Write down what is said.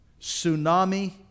tsunami